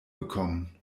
gekommen